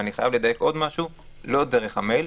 אני חייב לדייק משהו, זה לא דרך המייל.